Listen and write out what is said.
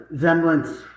semblance